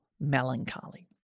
melancholy